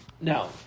Now